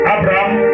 Abraham